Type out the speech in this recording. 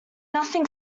nothing